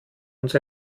uns